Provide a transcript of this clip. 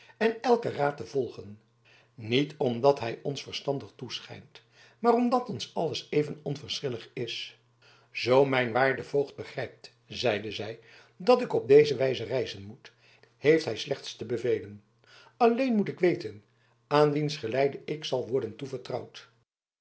en elken raad te volgen niet omdat hij ons verstandig toeschijnt maar omdat ons alles even onverschillig is zoo mijn waarde voogd begrijpt zeide zij dat ik op deze wijze reizen moet heeft hij slechts te bevelen alleen moet ik weten aan wiens geleide ik zal worden toevertrouwd